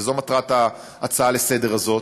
וזו מטרת ההצעה לסדר-היום: